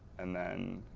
and then